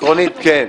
עקרונית כן.